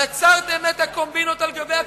יצרתם קומבינות על גבי קומבינות.